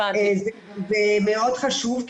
זה מאוד חשוב,